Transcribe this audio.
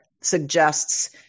suggests